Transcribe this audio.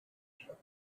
shepherd